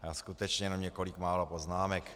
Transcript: Já skutečně jenom několik málo poznámek.